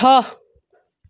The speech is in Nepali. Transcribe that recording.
छ